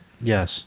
Yes